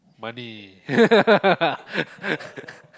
money